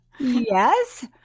Yes